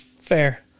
Fair